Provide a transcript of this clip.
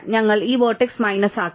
ഞങ്ങൾ ഈ vertex minus ആക്കി